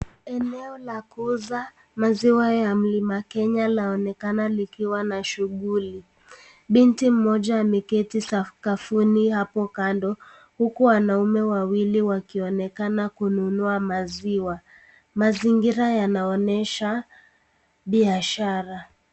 Eneo la kuuza maziwa ya mlima Kenya lanaoneka likiwa na shughuli. Binti mmoja ameketi sakafuni hapo kando huku wanaume wawili wakionekana kununua maziwa. Mazingira yanaonyesha biashara.